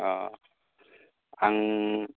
आं